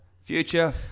Future